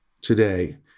today